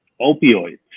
opioids